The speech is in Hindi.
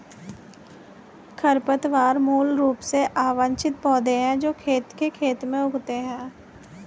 खरपतवार मूल रूप से अवांछित पौधे हैं जो खेत के खेत में उगते हैं